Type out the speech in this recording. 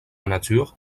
nature